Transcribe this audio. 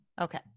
okay